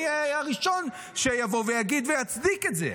אני אהיה הראשון שיבוא ויצדיק את זה,